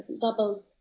double